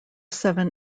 seven